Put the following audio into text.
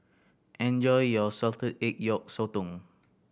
enjoy your salted egg yolk sotong